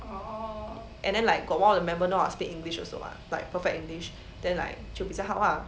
and then like got one of the member know how to speak english also mah like perfect english then like 就比较好 lah